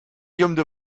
guillaume